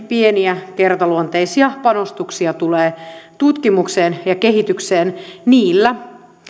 pieniä kertaluonteisia panostuksia tulee tutkimukseen ja kehitykseen niillä